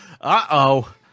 uh-oh